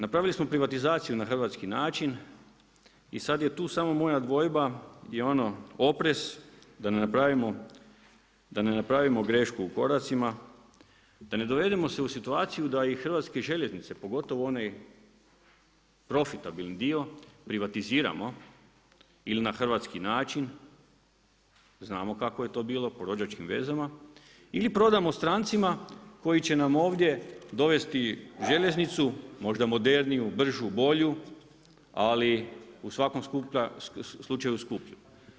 Napravili smo privatizaciju na hrvatski način, i sad je tu samo moja dvojba, je ono oprez da ne napravimo grešku u koracima, da ne dovedemo se u situaciju da i Hrvatske željeznice, pogotovo onaj profitabilni dio privatiziramo ili na hrvatski način, znamo kako je to bilo, po rođačkim vezano ili prodamo strancima koji će nam ovdje dovesti željeznicu, možda moderniju, bržu, bolju, ali u svakom slučaju skuplju.